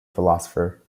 philosopher